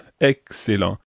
Excellent